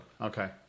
Okay